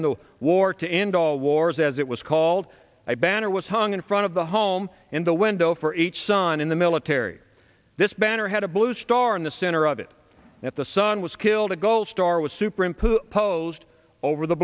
and the war to end all wars as it was called a banner was hung in front of the home in the window for each son in the military this banner had a blue star in the center of it that the son was killed a gold star was superimposed over the